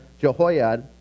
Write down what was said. Jehoiad